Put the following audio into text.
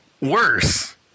worse